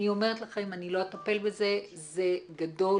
אני אומרת לכם, אני לא אטפל בזה, זה גדול